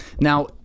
Now